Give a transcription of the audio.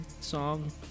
song